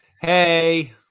Hey